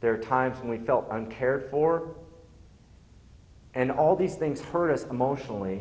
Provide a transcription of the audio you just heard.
there are times when we felt uncared for and all these things hurt us emo